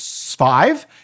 five